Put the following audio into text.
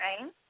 right